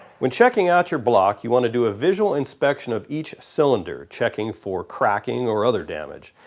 when checking out your block you want to do a visual inspect of each cylinder, checking for cracking or other damae.